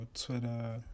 twitter